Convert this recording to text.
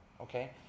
okay